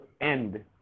end